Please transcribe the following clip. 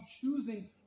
choosing